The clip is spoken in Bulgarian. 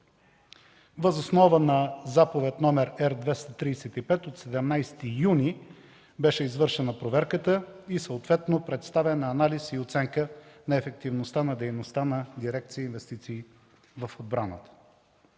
Въз основа на Заповед № Р-235 от 17 юни беше извършена проверката и съответно представен анализ с оценка на ефективността на дейността на дирекция „Инвестиции в отбраната”.